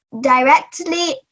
directly